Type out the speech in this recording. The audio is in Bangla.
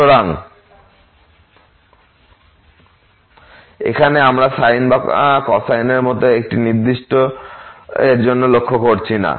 সুতরাং এখানে আমরা সাইন বা কোসাইনের মতো একটি নির্দিষ্ট এর জন্য লক্ষ্য করছি না